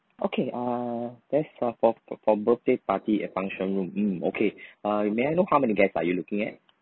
okay err that's uh for for birthday party at function room mm okay uh may I know how many guest are you looking at